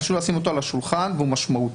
חשוב לשים אותו על השולחן והוא משמעותי.